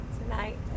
tonight